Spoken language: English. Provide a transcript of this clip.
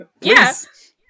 Yes